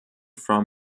from